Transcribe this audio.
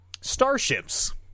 Starships